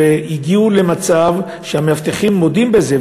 הגיעו למצב שהמאבטחים מודים בזה,